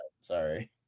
Sorry